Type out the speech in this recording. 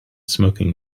smoking